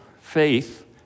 faith